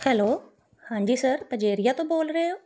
hello ਹਾਂਜੀ sir ਅਜੇਰੀਆ ਤੋਂ ਬੋਲ ਰਹੇ ਹੋ